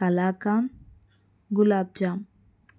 kalakand gulab jamun